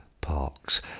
Parks